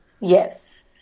Yes